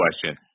question